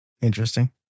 Interesting